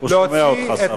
שר האוצר שומע אותך.